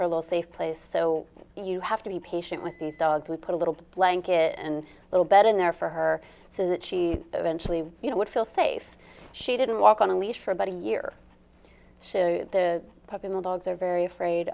her little safe place so you have to be patient with these dogs we put a little blanket and little bed in there for her so that she eventually you know would feel safe she didn't walk on a leash for about a year the puppy mill dogs are very afraid